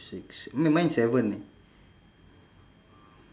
six se~ m~ mine is seven eh